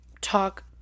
talk